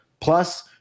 plus